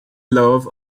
love